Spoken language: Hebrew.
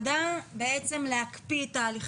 זו בקשה של הוועדה, להקפיא את ההליכים.